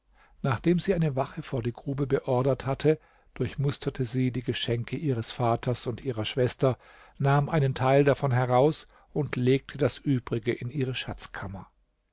nachdem sie eine wache vor die grube beordert hatte durchmusterte sie die geschenke ihres vaters und ihrer schwester nahm einen teil davon heraus und legte das übrige in ihre schatzkammer